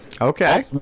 okay